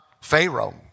Pharaoh